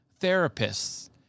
therapists